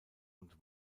und